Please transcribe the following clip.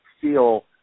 feel